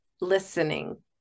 listening